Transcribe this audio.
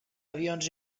avions